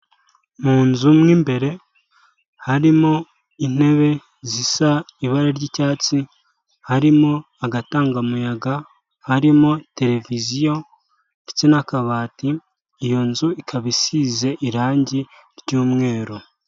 Mu nzu mo imbere, harimo intebe zisa ibara ry'icyatsi, harimo agatangamuyaga, harimo tereviziyo ndetse n'akabati, iyo nzu ikaba isize irangi ry'umweru.